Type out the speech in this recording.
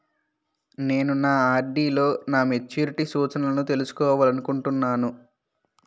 నేను నా ఆర్.డి లో నా మెచ్యూరిటీ సూచనలను తెలుసుకోవాలనుకుంటున్నాను